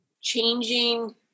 changing